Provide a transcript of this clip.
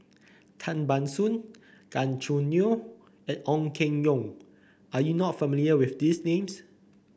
Tan Ban Soon Gan Choo Neo and Ong Keng Yong are you not familiar with these names